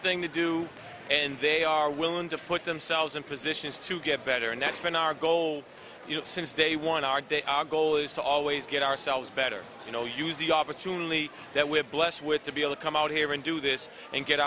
thing to do and they are willing to put themselves in positions to get better and that's been our goal since day one our day our goal is to always get ourselves better you know use the opportunely that we're blessed with to be able to come out here and do this and get